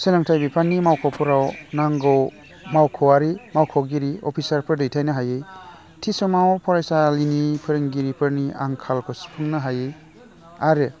सोलोंथाइ बिफाननि मावख'फोराव नांगौ मावख'वारि मावख'गिरि अफिसारफोर दैथायनो हायै थि समाव फरायसालिनि फोरोंगिरिफोरनि आंखालखौ सुफुंनो हायै आरो